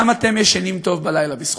גם אתם ישנים טוב בלילה בזכותם.